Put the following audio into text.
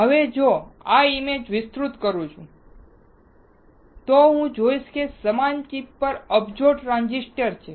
હવે જો હું આ ઈમેજને વિસ્તૃત કરું છું તો હું જોઇશ કે સમાન ચિપ પર અબજો ટ્રાંઝિસ્ટર છે